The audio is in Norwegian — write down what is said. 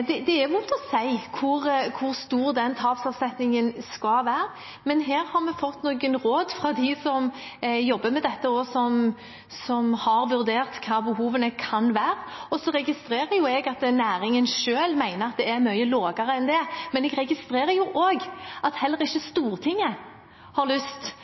Det er ikke godt å si hvor stor tapsavsetningen skal være, men her har vi fått noen råd fra dem som jobber med dette, og som har vurdert hva behovene kan være. Jeg registrerer at næringen selv mener det er mye lavere enn det, men jeg registrerer også at heller ikke Stortinget har lyst